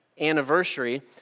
anniversary